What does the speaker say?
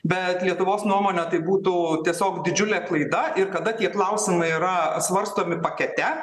bet lietuvos nuomone tai būtų tiesiog didžiulė klaida ir kada tie klausimai yra svarstomi pakete